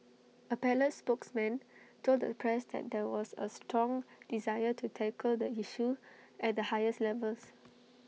A palace spokesman told the press that there was A strong desire to tackle the issue at the highest levels